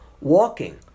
walking